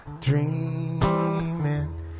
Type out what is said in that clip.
Dreaming